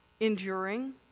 enduring